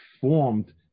formed